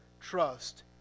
trust